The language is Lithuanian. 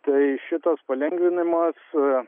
tai šitas palengvinimas